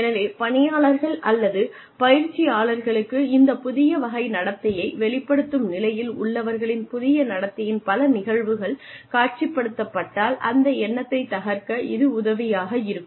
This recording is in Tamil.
எனவே பணியாளர்கள் அல்லது பயிற்சியாளருக்கு இந்த புதிய வகை நடத்தையை வெளிப்படுத்தும் நிலையில் உள்ளவர்களின் புதிய நடத்தையின் பல நிகழ்வுகள் காட்சிப்படுத்தப்பட்டால் அந்த எண்ணத்தைத் தகர்க்க இது உதவியாக இருக்கும்